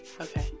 Okay